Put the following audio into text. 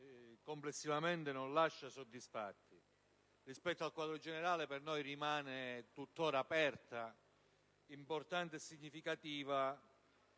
complessivamente non lascia soddisfatti. Rispetto al quadro generale per noi rimane tutt'ora aperto, importante e fondamentale